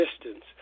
distance